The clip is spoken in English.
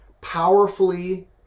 powerfully